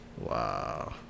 Wow